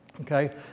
Okay